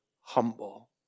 humble